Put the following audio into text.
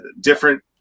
different